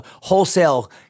wholesale